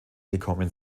gekommen